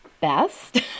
best